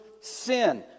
sin